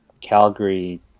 Calgary